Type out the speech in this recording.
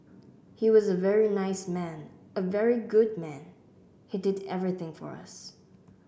he was a very nice man a very good man he did everything for us